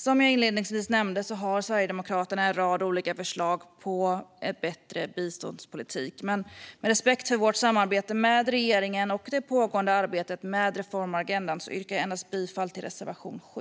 Som jag inledningsvis nämnde har Sverigedemokraterna en rad olika förslag på en bättre biståndspolitik, men med respekt för vårt samarbete med regeringen och det pågående arbetet med reformagendan yrkar jag endast bifall till reservation 7.